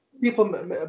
people